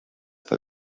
bei